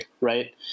right